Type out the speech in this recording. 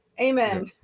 Amen